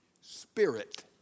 spirit